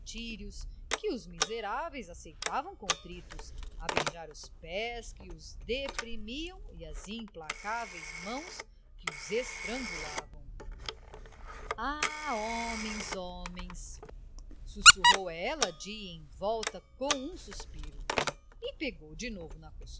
martírios que os miseráveis aceitavam contritos a beijar os pés que os deprimiam e as implacáveis mãos que os estrangulavam ah homens homens sussurrou ela de envolta com um suspiro e pegou de novo